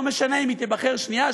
לא משנה אם היא תיבחר שנייה,